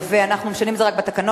אנחנו משנים זאת רק בפרוטוקול.